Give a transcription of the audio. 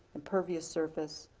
impervious surface,